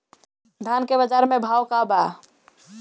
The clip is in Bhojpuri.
धान के बजार में भाव का बा